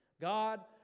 God